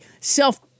self